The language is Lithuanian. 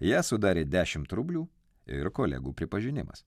ją sudarė dešimt rublių ir kolegų pripažinimas